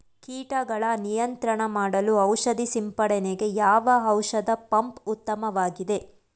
ಕೀಟಗಳ ನಿಯಂತ್ರಣ ಮಾಡಲು ಔಷಧಿ ಸಿಂಪಡಣೆಗೆ ಯಾವ ಔಷಧ ಪಂಪ್ ಉತ್ತಮವಾಗಿದೆ?